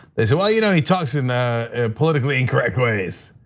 they said, well, you know he talks in a politically incorrect ways.